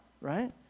right